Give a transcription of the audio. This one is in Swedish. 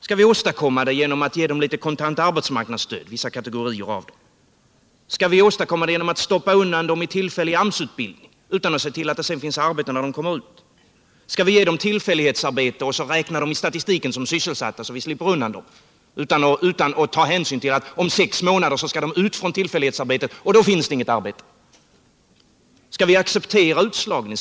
Skall vi avhjälpa det genom att ge vissa kategorier av dem litet kontant arbetsmarknadsstöd? Eller skall vi åstadkomma det genom att stoppa undan dem i AMS-utbildning utan att se till att det sedan finns arbete åt dem när de kommer ut därifrån? Skall vi ge dem tillfällighetsarbeten och räkna in dem i statistiken som sysselsatta, så att vi slipper undan med det — utan att ta hänsyn till att de om sex månader skall sluta med sitt tillfällighetsarbete och att det då inte finns något annat arbete? Skall vi acceptera utslagningen?